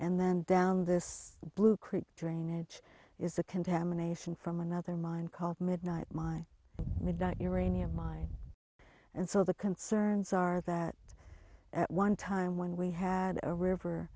and then down this blue creek drainage is a contamination from another mine called midnight mine midnight uranium mine and so the concerns are that at one time when we had a river